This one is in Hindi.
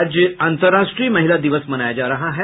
आज अंतर्राष्ट्रीय महिला दिवस मनाया जा रहा है